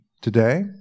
today